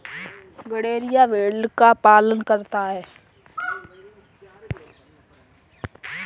गड़ेरिया भेड़ का पालन करता है